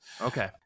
Okay